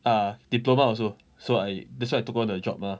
uh diploma also so I that's why I took on the job mah